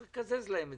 צריך לקזז להם את